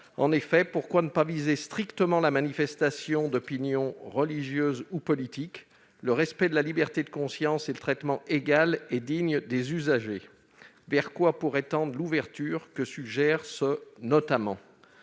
religieuses. Pourquoi ne pas viser strictement la manifestation d'opinions religieuses ou politiques, le respect de la liberté de conscience et le traitement égal et digne des usagers ? L'ouverture que suggère ce « notamment »